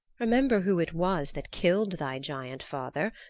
remember who it was that killed thy giant father.